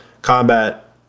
combat